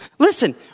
Listen